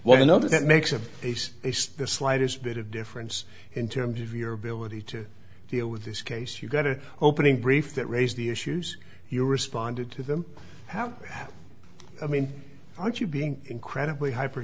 you know that makes of the slightest bit of difference in terms of your ability to deal with this case you got to opening brief that raised the issues you responded to them how i mean aren't you being incredibly hyper